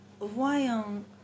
Voyons